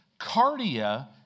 Cardia